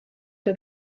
der